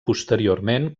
posteriorment